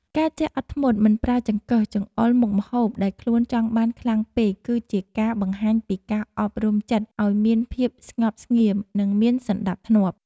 ការចេះអត់ធ្មត់មិនប្រើចង្កឹះចង្អុលមុខម្ហូបដែលខ្លួនចង់បានខ្លាំងពេកគឺជាការបង្ហាញពីការអប់រំចិត្តឱ្យមានភាពស្ងប់ស្ងៀមនិងមានសណ្តាប់ធ្នាប់។